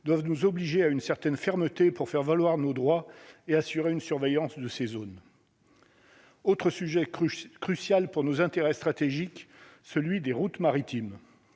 doivent nous obliger à une certaine fermeté pour faire valoir nos droits et assurer une surveillance de ces zones. Autre sujet crucial pour nos intérêts stratégiques, celui des routes maritimes